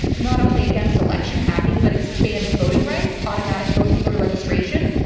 not only against election hacking but expanding voting rights, automatic voter voter registration,